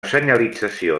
senyalització